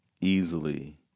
easily